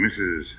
Mrs